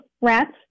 rats